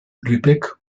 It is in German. lübeck